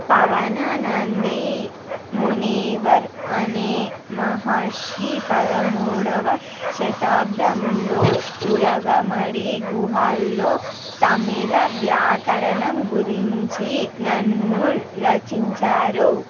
పవనంది మునివర్ అనే మహర్షి పదమూడవ శతాబ్దంలో ఉలగమది గుహలో తమిళ వ్యాకరణం గురించి నన్నూల్ రచించారు